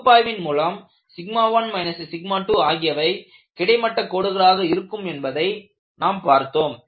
பகுப்பாய்வின் மூலம் 1 2ஆகியவை கிடைமட்ட கோடுகளாக இருக்கும் என்பதை நாம் பார்த்தோம்